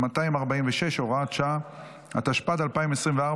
התשפ"ד 2024,